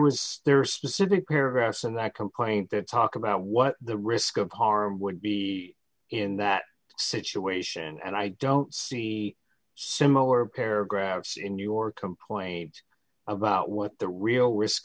was there are specific paragraphs in that complaint that talk about what the risk of harm would be in that situation and i don't see similar paragraphs in your complaint about what the real risk